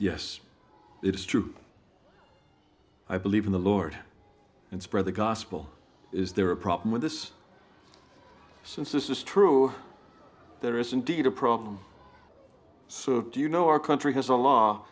it is true i believe in the lord and spread the gospel is there a problem with this since this is true there is indeed a problem so do you know our country has a law